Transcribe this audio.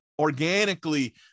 organically